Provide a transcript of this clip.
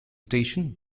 station